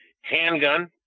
handgun